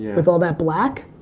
with all that black?